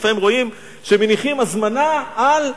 לפעמים רואים שמניחים הזמנה על המצבה.